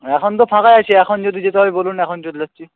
এখন তো ফাঁকা আছি এখন যদি যেতে হয় বলুন এখন চলে যাচ্ছি